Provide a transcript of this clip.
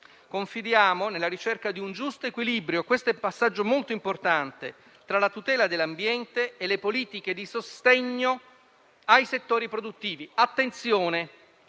Confidiamo nella ricerca di un giusto equilibrio - questo è un passaggio molto importante - tra la tutela dell'ambiente e le politiche di sostegno ai settori produttivi. Attenzione: